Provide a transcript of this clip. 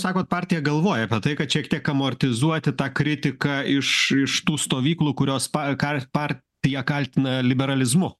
sakote partija galvoja apie tai kad šiek tiek amortizuoti tą kritiką iš iš tų stovyklų kurios partiją kaltina liberalizmu